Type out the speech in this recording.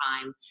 time